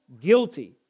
guilty